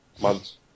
Months